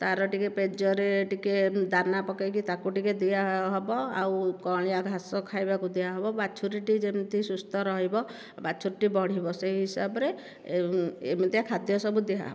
ତା'ର ପେଜରେ ଟିକେ ଦାନା ପକାଇକି ତାକୁ ଟିକେ ଦିଆହେବ ଆଉ କଅଁଳିଆ ଘାସ ଖାଇବାକୁ ଦିଆହେବ ବାଛୁରୀଟି ଯେମିତି ସୁସ୍ଥ ରହିବ ବାଛୁରୀଟି ବଢ଼ିବ ସେ ହିସାବରେ ଏମିତିଆ ଖାଦ୍ୟ ସବୁ ଦିଆହେବ